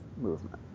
movement